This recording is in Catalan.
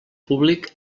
públic